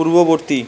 পূর্ববর্তী